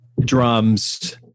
drums